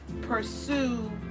pursue